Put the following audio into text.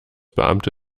beamte